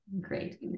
great